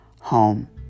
home